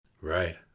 Right